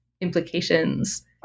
implications